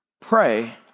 pray